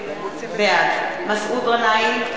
בעד מסעוד גנאים,